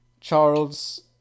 Charles